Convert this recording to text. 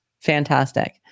Fantastic